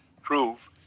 prove